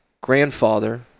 Grandfather